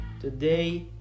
Today